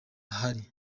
ahari